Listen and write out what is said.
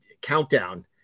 countdown